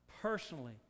personally